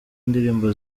ndirimbo